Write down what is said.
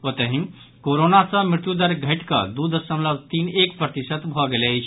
ओतहि कोरोना सँ मृत्युदर घटिकऽ दू दशमलव तीन एक प्रतिशत भऽ गेल अछि